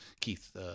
Keith